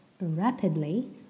rapidly